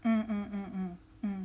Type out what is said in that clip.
mm mm mm mm mm